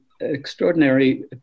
extraordinary